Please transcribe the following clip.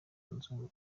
nzu